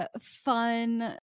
fun